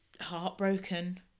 heartbroken